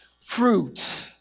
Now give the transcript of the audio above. fruit